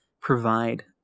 provide